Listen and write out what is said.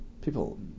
people